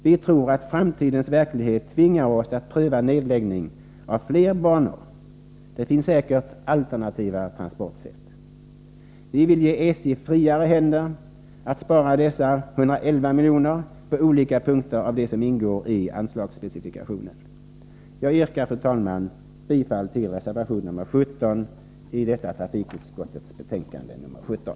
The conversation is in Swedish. Vi tror att framtidens verklighet tvingar de ansvariga att pröva nedläggning av flera banor — det finns säkert alternativa transportsätt. Vi vill ge SJ friare händer att på olika punkter av det som ingår i anslagsspecifikationen spara dessa 111 miljoner. Jag yrkar, fru talman, bifall till reservation 17 i detta trafikutskottets betänkande nr 17.